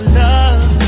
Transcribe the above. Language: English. love